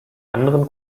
anderen